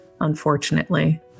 unfortunately